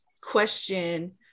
question